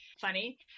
funny